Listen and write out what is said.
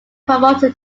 promoted